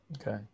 okay